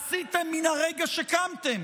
עשיתם מהרגע שקמתם,